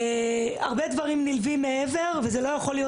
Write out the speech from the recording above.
יש הרבה דברים נלווים מעבר ולא יכול להיות